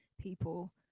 people